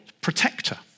protector